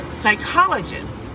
psychologists